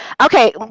Okay